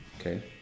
Okay